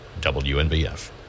WNBF